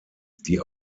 die